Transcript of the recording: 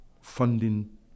funding